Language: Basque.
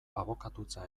abokatutza